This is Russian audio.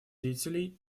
деятелей